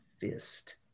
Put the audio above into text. fist